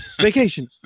Vacation